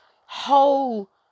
whole